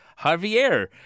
Javier